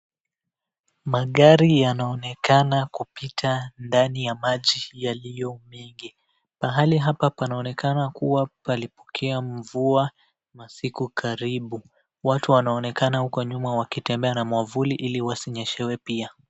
Magari yanaonekana kupita ndani ya maji yaliyo mengi, mahali hapa panaonekana kuwa palipokea mvua masiku karibu, watu wanaonekana huko nyuma wakitembea na mwavuli ili wasinyeshewe pia.